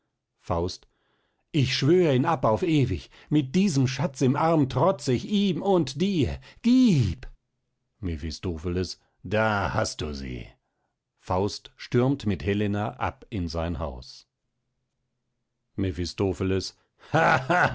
faust ich schwör ihn ab auf ewig mit diesem schatz im arm trotz ich ihm und dir gieb mephistopheles da hast du sie faust stürmt mit helena ab in sein haus mephistopheles